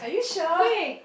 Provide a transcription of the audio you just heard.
quick